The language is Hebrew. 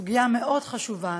סוגיה מאוד חשובה,